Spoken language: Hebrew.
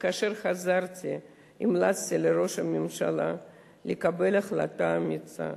וכאשר חזרתי המלצתי לראש הממשלה לקבל החלטה אמיצה.